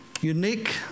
unique